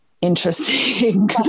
interesting